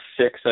six